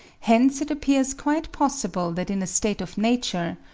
hence it appears quite possible that in a state of nature,